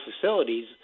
facilities